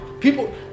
people